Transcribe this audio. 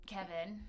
Kevin